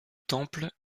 temple